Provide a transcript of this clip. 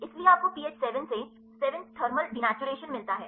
इसलिए आपको पीएच 7 से 7 थर्मल दिनैचुरैशन मिला है